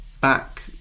back